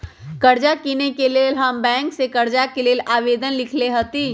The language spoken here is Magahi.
कार किनेके लेल हम बैंक से कर्जा के लेल आवेदन लिखलेए हती